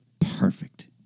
perfect